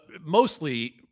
mostly